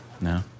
No